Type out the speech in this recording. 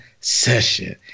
session